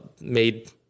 made